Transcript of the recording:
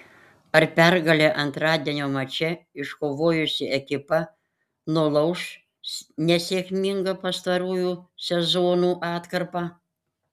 ar pergalę antradienio mače iškovojusi ekipa nulauš nesėkmingą pastarųjų sezonų atkarpą